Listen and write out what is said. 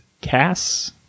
Cass